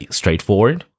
straightforward